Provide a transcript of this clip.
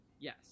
yes